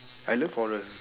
I love horror